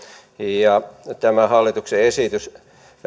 ja tämä hallituksen esitys